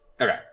Okay